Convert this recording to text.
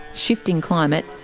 shifting climate,